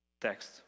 text